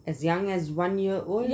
as young as one year old